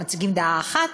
מציגים דעה אחת,